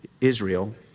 Israel